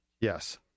Yes